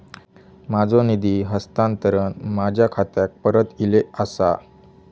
माझो निधी हस्तांतरण माझ्या खात्याक परत इले आसा